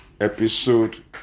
episode